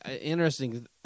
interesting